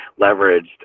leveraged